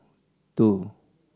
two